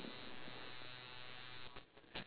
okay wait you have how many poster do you have over there